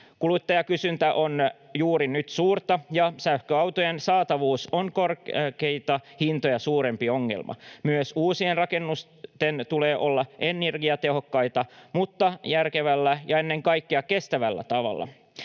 Kuluttajakysyntä on juuri nyt suurta, ja sähköautojen saatavuus on korkeita hintoja suurempi ongelma. Myös uusien rakennusten tulee olla energiatehokkaita, mutta järkevällä ja ennen kaikkea kestävällä tavalla.